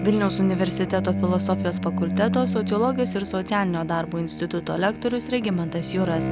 vilniaus universiteto filosofijos fakulteto sociologijos ir socialinio darbo instituto lektorius regimantas juras